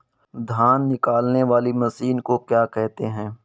धान निकालने वाली मशीन को क्या कहते हैं?